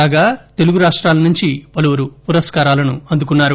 కాగా తెలుగు రాష్టాల నుంచి పలువురు పురస్కారాలను అందుకున్నారు